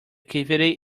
cavity